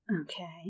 Okay